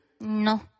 No